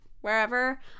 wherever